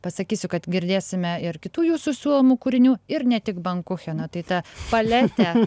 pasakysiu kad girdėsime ir kitų jūsų siūlomų kūrinių ir ne tik bankucheną tai ta paletė